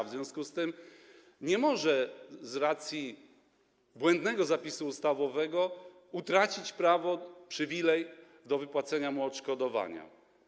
W związku z tym nie może z racji błędnego zapisu ustawowego utracić prawa, przywileju wypłacenia mu odszkodowania.